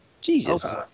Jesus